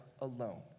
alone